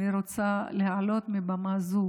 אני רוצה להעלות מעל במה זו